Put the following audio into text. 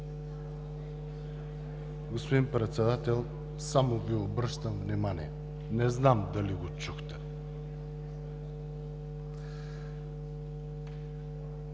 Господин Председател, само Ви обръщам внимание, не знам дали го чухте.